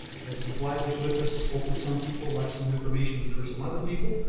had some flyers with us, spoke with some people, left some information for some other people,